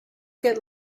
get